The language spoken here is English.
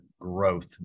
growth